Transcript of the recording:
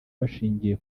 bashingiye